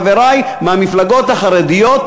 חברי מהמפלגות החרדיות,